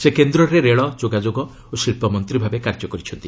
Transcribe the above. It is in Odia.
ସେ କେନ୍ଦ୍ରରେ ରେଳ ଯୋଗାଯୋଗ ଓ ଶିଳ୍ପ ମନ୍ତ୍ରୀ ଭାବେ କାର୍ଯ୍ୟ କରିଛନ୍ତି